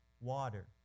water